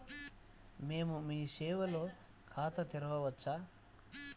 మేము మీ సేవలో ఖాతా తెరవవచ్చా?